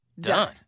done